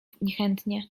niechętnie